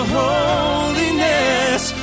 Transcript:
holiness